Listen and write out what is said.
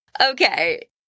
Okay